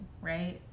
right